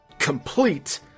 complete